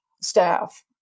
staff